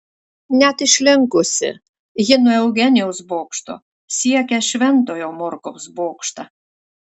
net išlinkusi ji nuo eugenijaus bokšto siekia šventojo morkaus bokštą